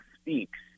speaks